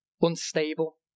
unstable